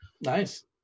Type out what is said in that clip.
Nice